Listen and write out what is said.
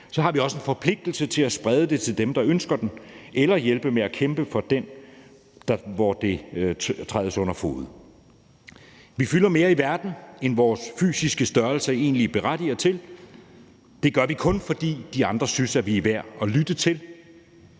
har vi også en forpligtelse til at sprede det til dem, der ønsker det, eller hjælpe med at kæmpe for dem, hvor det trædes under fode. Vi fylder mere i verden, end vores fysiske størrelse egentlig berettiger til. Det gør vi kun, fordi de andre synes, at vi er værd at lytte til.